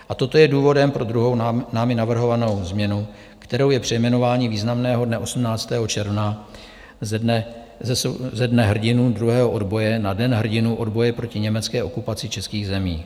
A toto je důvodem pro druhou námi navrhovanou změnu, kterou je přejmenování významného dne 18. června ze Dne hrdinů druhého odboje na Den hrdinů odboje proti německé okupaci českých zemí.